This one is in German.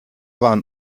waren